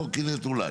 קורקינט אולי.